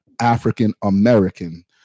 african-american